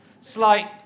slight